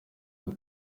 ati